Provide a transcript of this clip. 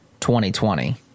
2020